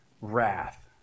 wrath